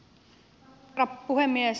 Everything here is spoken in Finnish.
arvoisa puhemies